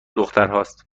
دخترهاست